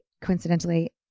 coincidentally